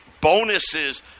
bonuses